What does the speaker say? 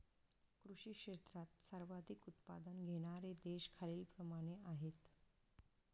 कृषी क्षेत्रात सर्वाधिक उत्पादन घेणारे देश खालीलप्रमाणे आहेत